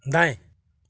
दाएँ